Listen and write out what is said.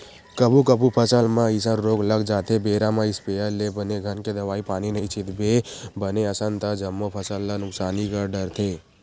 कभू कभू फसल म अइसन रोग लग जाथे बेरा म इस्पेयर ले बने घन के दवई पानी नइ छितबे बने असन ता जम्मो फसल ल नुकसानी कर डरथे